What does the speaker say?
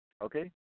Okay